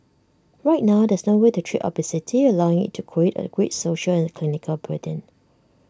right now there's no way to treat obesity allowing IT to create A great social and clinical burden